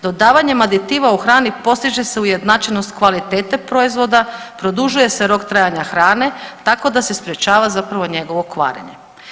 Dodavanjem aditiva u hrani postiže se ujednačenost kvalitete proizvoda, produžuje se rok trajanja hrane, tako da se sprječava zapravo njegovo kvarenje.